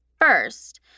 First